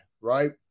right